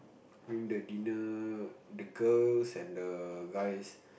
during the dinner the girls and the guys